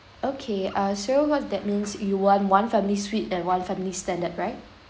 okay uh so what's that means you want one family suite and one family standard right